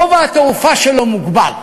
גובה התעופה שלו מוגבל,